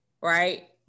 Right